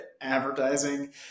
advertising